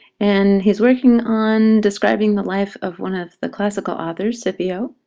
and he's working on describing the life of one of the classical authors, scipio.